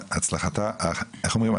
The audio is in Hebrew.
איך אומרים?